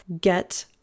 get